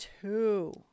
two